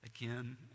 Again